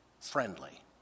friendly